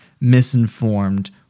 misinformed